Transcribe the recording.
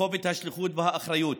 לכובד השליחות והאחריות